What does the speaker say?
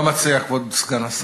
מה מציע כבוד סגן השר?